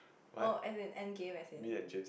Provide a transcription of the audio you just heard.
oh as in endgame as in